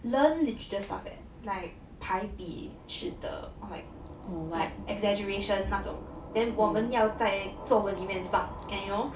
learn literature stuff leh like 排笔式的 or like exaggeration 那种 then 我们要在作文里面放 and you know